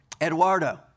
Eduardo